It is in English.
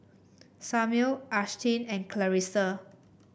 Samir Ashtyn and Clarissa